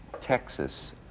Texas